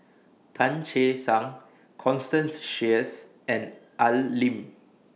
Tan Che Sang Constance Sheares and Al Lim